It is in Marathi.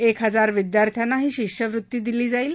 एक हजार विद्यार्थ्यांना ही शिष्यवृत्ती दिली जाईल